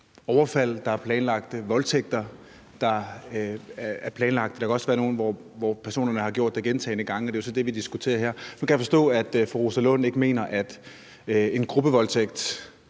overfald, der er planlagt, og voldtægter, der er planlagt. Der kan også være tilfælde, hvor personerne har gjort det gentagne gange, og det er så det, vi diskuterer her. Jeg kan så forstå, at i forhold til en gruppevoldtægt,